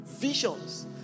visions